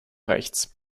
rechts